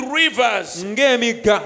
rivers